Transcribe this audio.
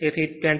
તેથી 21